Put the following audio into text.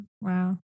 Wow